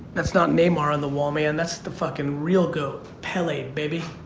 that's not maymar on the wall man that's the fuckin' real goat, pay lay baby.